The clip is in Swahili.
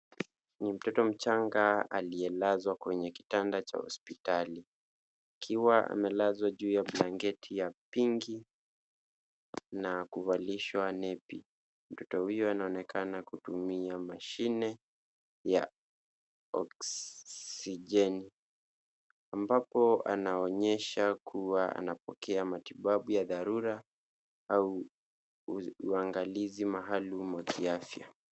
Ni mtoto mchanga aliyelazwa kwenye kitanda cha hospitali akiwa amelazwa juu ya blanketi ya pinki na kuvalishwa nepi. Mtoto huyo anaonekana kutumia mashine ya oksijeni ambapo anaonyesha kuwa anapokea matibabu ya dharura au uangalizi maalum wa kiafya.